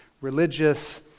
religious